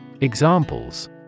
Examples